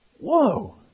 Whoa